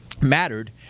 mattered